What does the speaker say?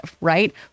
right